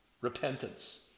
repentance